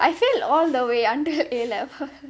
I failed all the way until A levels